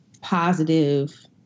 positive